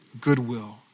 goodwill